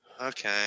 Okay